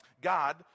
God